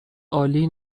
عالی